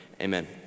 amen